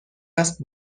است